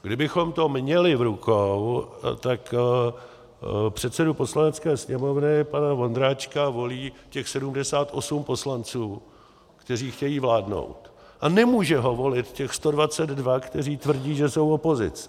Kdybychom to měli v rukou, tak předsedu Poslanecké sněmovny pana Vondráčka volí těch 78 poslanců, kteří chtějí vládnout, a nemůže ho volit těch 122, kteří tvrdí, že jsou opozicí.